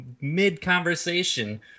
mid-conversation